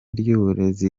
ry’uburezi